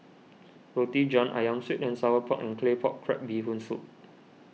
Roti John Ayam Sweet and Sour Pork and Claypot Crab Bee Hoon Soup